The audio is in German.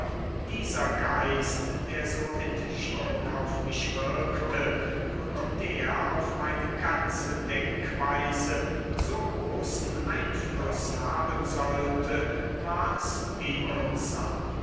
dieser geist der so entschieden auf mich wirkte und der auf meine ganze denkweise so großen einfluß haben sollte war